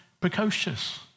precocious